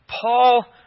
Paul